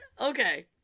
okay